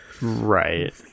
right